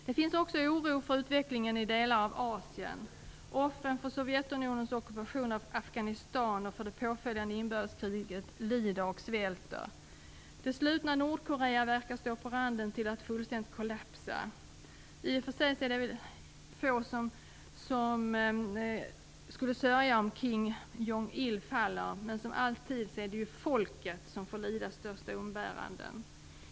Det finns också oro för utvecklingen i delar av Asien. Offren för Sovjetunionens ockupation av Afghanistan och för det påföljande inbördeskriget lider och svälter. Det slutna Nordkorea verkar stå på randen till att fullständigt kollapsa. I och för sig är det väl få som skulle sörja om Kim Jong-Il faller. Men som alltid är det ju folket som får utstå de största umbärandena.